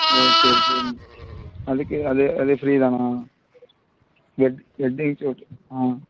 okay okay அதுக்கு அது அது ஃப்ரீ தானா வெட்டிங் ஷுட் ஆ